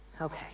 Okay